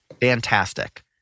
fantastic